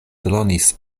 dronis